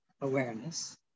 awareness